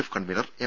F convener M